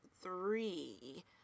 three